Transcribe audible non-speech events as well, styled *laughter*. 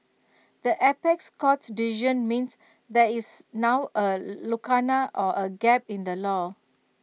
the apex court's decision means that is now A *hesitation* lacuna or A gap in the law